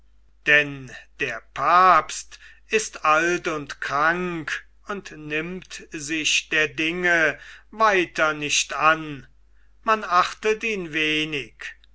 denn der papst ist alt und krank und nimmt sich der dinge weiter nicht an man achtet ihn wenig